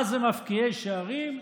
מה זה מפקיעי שערים?